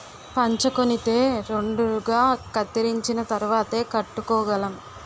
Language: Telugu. పంచకొనితే రెండుగా కత్తిరించిన తరువాతేయ్ కట్టుకోగలం